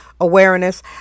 awareness